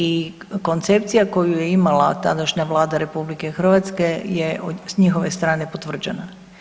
I koncepcija koju je imala tadašnja Vlada RH je s njihove strane potvrđena.